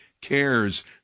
Cares